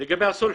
לגבי הסולחות.